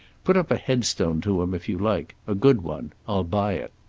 put up a headstone to him, if you like, a good one. i'll buy it.